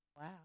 Wow